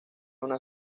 una